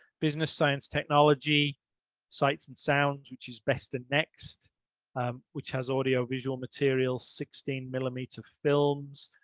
business science technology sights and sounds which is best. the next which has audio visual materials sixteen millimeter films,